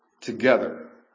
together